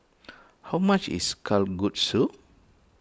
how much is Kalguksu